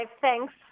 thanks